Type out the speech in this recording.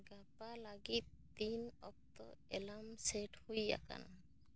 ᱜᱟᱯᱟ ᱞᱟᱹᱜᱤᱫ ᱛᱤᱱ ᱚᱠᱛᱚ ᱮᱞᱟᱢ ᱥᱮᱴ ᱦᱩᱭ ᱟᱠᱟᱱᱟ